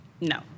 No